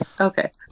okay